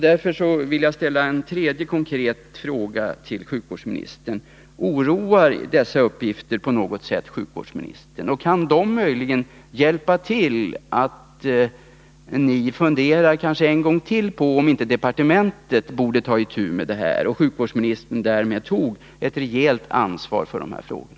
Därför vill jag ställa en tredje konkret fråga till sjukvårdsministern: Oroar dessa uppgifter sjukvårdsministern på något sätt? Kan dessa uppgifter möjligen bidra till att ni än en gång funderar över om inte socialdepartementet bör ta itu med problemet? Därmed skulle ju sjukvårdsministern kunna ta ett rejält ansvar för de här frågorna.